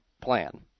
plan